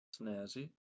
Snazzy